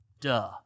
duh